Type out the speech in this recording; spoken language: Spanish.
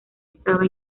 estaba